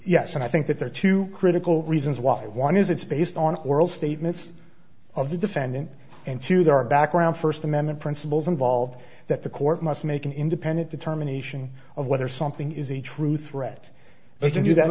yes and i think that there are two critical reasons why one is it's based on world statements of the defendant and two there are background first amendment principles involved that the court must make an independent determination of whether something is a true threat they can do that